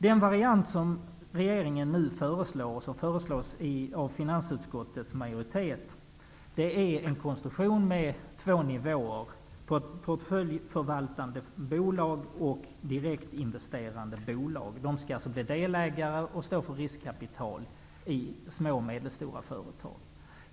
Den variant som regeringen nu föreslår, och som föreslås av finansutskottets majoritet, är en konstruktion med två nivåer: portföljförvaltande bolag och direktinvesterande bolag. De skall bli delägare och stå för riskkapital i små och medelstora företag.